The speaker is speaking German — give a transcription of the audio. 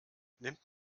nimmt